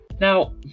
now